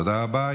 תודה רבה.